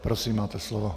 Prosím, máte slovo.